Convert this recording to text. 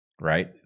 Right